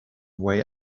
way